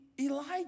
Elijah